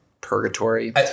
purgatory